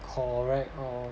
correct lor